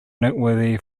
noteworthy